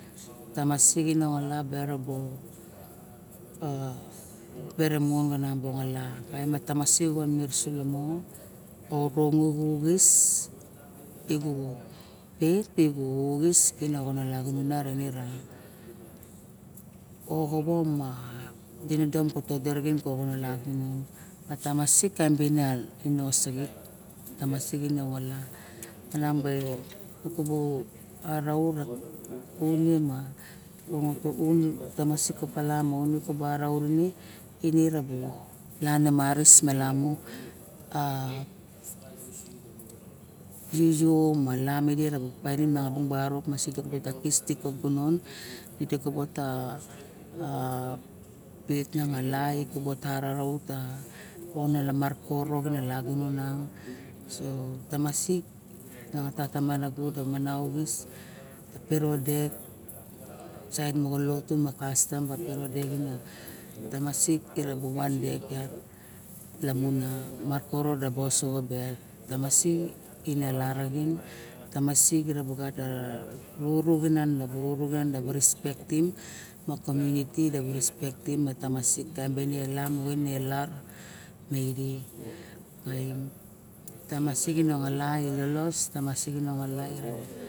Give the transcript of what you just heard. Tamasik ke nongola beke bo a pere mong nam bong a la ma tamasik solo mo orong uxis dibu keit dibu xis ke nongon ne lagunon ne ra oxavo ma dinidom ka to di raxin ke lagunon moxono lagunon ma tamasik kaim bala ne oxasit tamasik nongola mang ba kubu araut une ma rong a tuk un ma tamasik ma yone tabu araut ine ne rabo lana maris melamu a isuo bang malamu ian maidi bung barok di kis dik ka gunon madi kobodi xa pet miang a la kibi ka araut a mono na mari kor na lagunon so tamasik mang a tata ma naga mang oxis ka pero dek saet moxo lotu ma kastam pero dek tamasik ovan dek yat lamun a mar koro sosoxo dek ma tamasik ina la raxin tamasik ra vunuru nan moxo respectim ma kominity dibu respectim kaim bene la me me ide kaim tamasik ne ngola mo ilolos tamasik me ngola mo